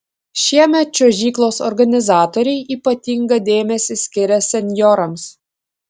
šiemet čiuožyklos organizatoriai ypatingą dėmesį skiria senjorams